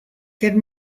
get